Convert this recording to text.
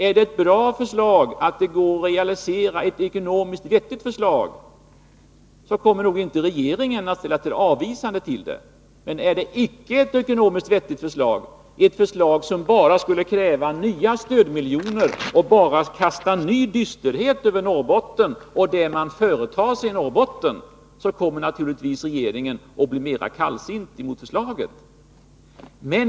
Är det ett förslag som går att realisera, ett ekonomiskt vettigt förslag, kommer nog inte regeringen att ställa sig avvisande till det, men är det icke ett ekonomiskt vettigt förslag, ett förslag som bara skulle kräva nya stödmiljoner och kasta ny dysterhet över Norrbotten, kommer naturligtvis regeringen att bli mera kallsinnig mot förslaget.